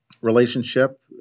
relationship